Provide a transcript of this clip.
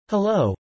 Hello